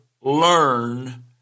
learn